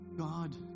God